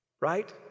Right